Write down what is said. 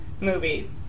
movie